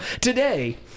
Today